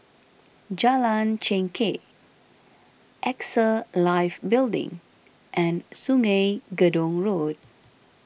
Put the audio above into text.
Jalan Chengkek Axa Life Building and Sungei Gedong Road